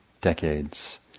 decades